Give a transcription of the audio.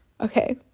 Okay